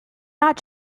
not